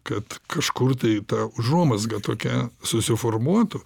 kad kažkur tai ta užuomazga tokia susiformuotų